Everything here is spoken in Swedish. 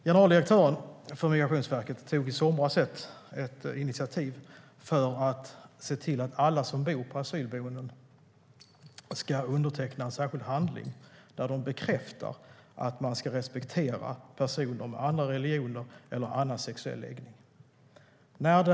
Generaldirektören för Migrationsverket tog i somras ett initiativ för att se till att alla som bor på asylboenden ska underteckna en särskild handling där de bekräftar att de ska respektera personer med andra religioner eller annan sexuell läggning.